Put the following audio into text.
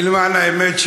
למען האמת,